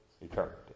eternity